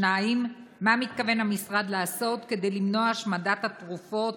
2. מה מתכוון המשרד לעשות כדי למנוע את השמדת התרופות